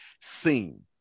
seen